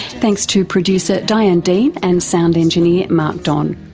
thanks to producer diane dean and sound engineer mark don.